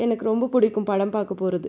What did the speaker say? எனக்கு ரொம்ப பிடிக்கும் படம் பார்க்கப்போறது